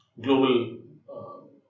global